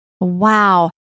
Wow